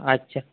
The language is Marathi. अच्छा